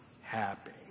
happy